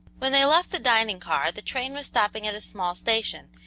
when they left the dining-car the train was stopping at a small station,